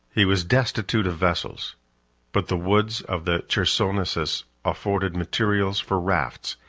he was destitute of vessels but the woods of the chersonesus afforded materials for rafts,